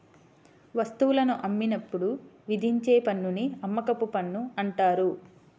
వస్తువులను అమ్మినప్పుడు విధించే పన్నుని అమ్మకపు పన్ను అంటారు